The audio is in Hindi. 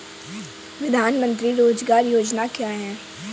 प्रधानमंत्री रोज़गार योजना क्या है?